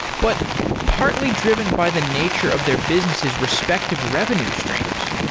but partly driven by the nature of their business's respective revenue streams.